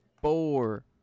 Four